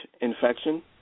infection